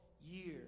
years